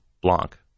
Blanc